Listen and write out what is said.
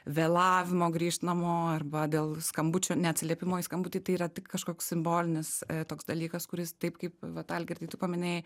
vėlavimo grįžt namo arba dėl skambučio neatsiliepimo į skambutį tai yra tik kažkoks simbolinis toks dalykas kuris taip kaip vat algirdai tu paminėjai